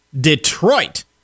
Detroit